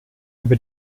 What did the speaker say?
über